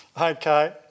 Okay